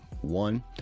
one